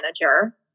manager